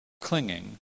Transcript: Clinging